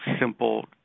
simple